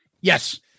Yes